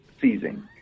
seizing